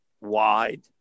wide